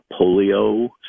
polio